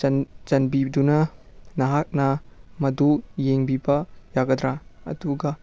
ꯆꯥꯟꯕꯤꯗꯨꯅ ꯅꯍꯥꯛꯅ ꯃꯗꯨ ꯌꯦꯡꯕꯤꯕ ꯌꯥꯒꯗ꯭ꯔꯥ ꯑꯗꯨꯒ